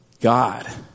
God